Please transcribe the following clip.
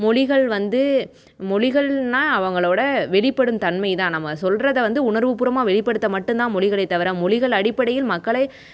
மொழிகள் வந்து மொழிகள்னா அவங்களோடய வெளிப்படும் தன்மை தான் நம்ம சொல்கிறத வந்து உணர்வுப்பூர்வமாக வெளிப்படுத்த மட்டும் தான் மொழிகளே தவிர மொழிகள் அடிப்படையில் மக்களே